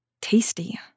Tasty